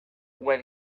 when